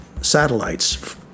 satellites